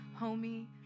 homie